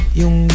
yung